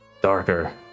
darker